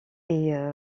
est